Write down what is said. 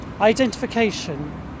identification